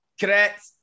Correct